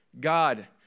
God